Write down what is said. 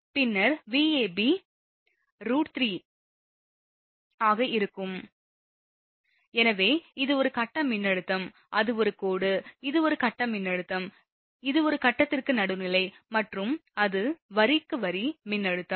பின்னர் Vab √3 ஆக இருக்கும் ஏனெனில் இது ஒரு கட்ட மின்னழுத்தம் அது ஒரு கோடு இது ஒரு கட்ட மின்னழுத்தம் இது ஒரு கட்டத்திற்கு நடுநிலை மற்றும் அது வரிக்கு வரி மின்னழுத்தம்